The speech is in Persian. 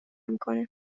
میکنه